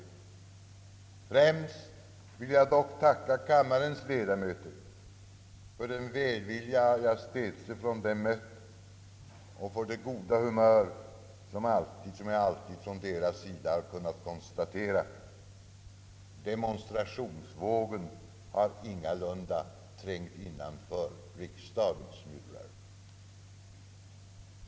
Främst vill jag dock tacka kammarens ledamöter för den välvilja jag från dem städse mött och för det goda humör jag alltid från deras sida kunnat konstatera. Demonstrationsvågen har ingalunda trängt innanför riksdagens murar.